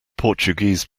portuguese